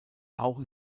auch